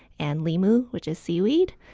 and limu, which is seaweed,